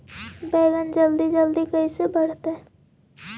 बैगन जल्दी जल्दी कैसे बढ़तै?